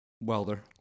Welder